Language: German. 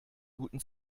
guten